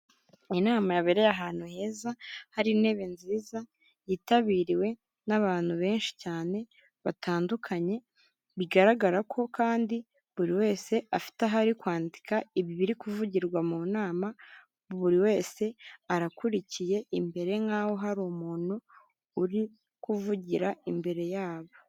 Inama yabereye ahantu heza hari intebe nziza yitabiriwe n'abantu benshi cyane batandukanye, bigaragara ko kandi buri wese afite ahari kwandika ibi biri kuvugirwa mu nama, buri wese arakurikiye imbere nk'aho hari umuntu uri kuvugira imbere yabo.